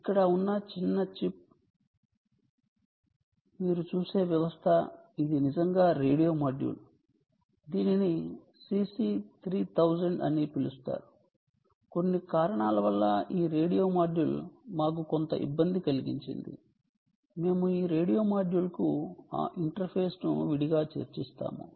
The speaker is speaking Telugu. ఇక్కడ ఉన్న చిప్ ఇక్కడ మీరు చూసే వ్యవస్థ ఇది నిజంగా రేడియో మాడ్యూల్ దీనిని CC 3000 అని పిలుస్తారు కొన్ని కారణాల వల్ల ఈ రేడియో మాడ్యూల్ మాకు కొంత ఇబ్బంది కలిగించింది మేము ఈ రేడియో మాడ్యూల్కు ఆ ఇంటర్ఫేస్ను విడిగా చర్చిస్తాము